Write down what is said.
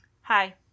Hi